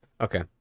Okay